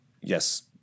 yes